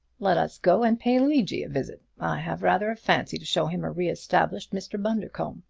let us go and pay luigi a visit. i have rather a fancy to show him a reestablished mr. bundercombe.